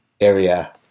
area